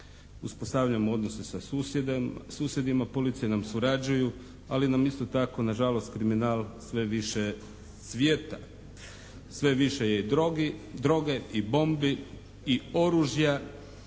uspostavljamo odnose sa susjedima, policije nam surađuju, ali nam isto tako nažalost kriminal sve više cvijeta. Sve više je i droge i bombi i oružja